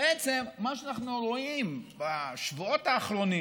בעצם מה שאנחנו רואים בשבועות האחרונים